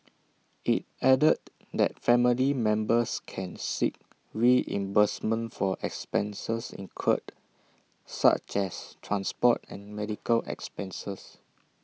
IT added that family members can seek reimbursement for expenses incurred such as transport and medical expenses